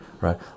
right